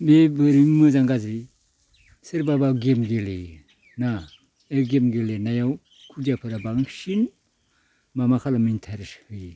बि बोरै मोजां गाज्रि सोरबाबा गेम गेलेयो ना बे गेम गेलेनायाव खुदियाफोरा बांसिन माबा खालामो इन्ट्रेस्ट होयो